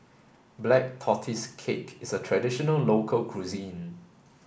black tortoise cake is a traditional local cuisine